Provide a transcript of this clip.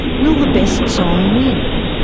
will the best song win?